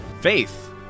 Faith